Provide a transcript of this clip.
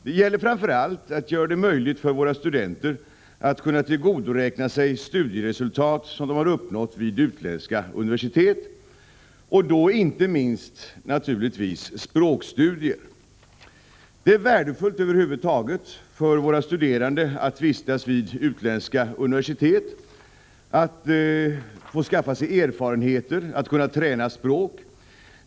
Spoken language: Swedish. Det gäller framför allt att göra det möjligt för våra studenter att tillgodoräkna sig studieresultat som de har uppnått vid utländska universitet, då inte minst språkstudier. Det är värdefullt över huvud taget för våra studerande att vistas vid utländska universitet, att skaffa sig erfarenheter och att kunna träna språk.